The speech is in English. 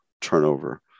turnover